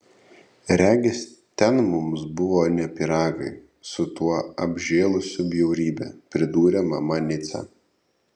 regis ten mums buvo ne pyragai su tuo apžėlusiu bjaurybe pridūrė mama nica